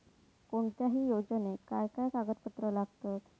कोणत्याही योजनेक काय काय कागदपत्र लागतत?